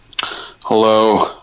Hello